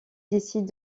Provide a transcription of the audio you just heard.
décide